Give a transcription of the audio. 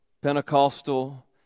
Pentecostal